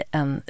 en